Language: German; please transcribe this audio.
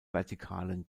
vertikalen